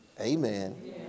Amen